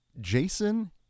Jason